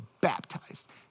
baptized